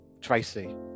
Tracy